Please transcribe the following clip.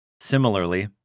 Similarly